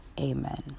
Amen